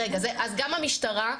מה עם המשטרה?